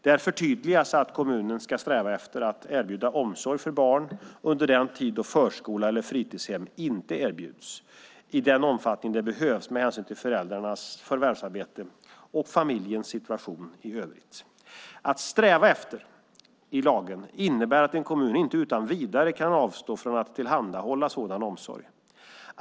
Där förtydligas att kommunen ska sträva efter att erbjuda omsorg för barn under den tid då förskola eller fritidshem inte erbjuds, i den omfattning det behövs med hänsyn till föräldrarnas förvärvsarbete och familjens situation i övrigt. Att sträva efter innebär enligt lagen att en kommun inte utan vidare kan avstå från att tillhandahålla sådan omsorg.